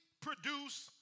produce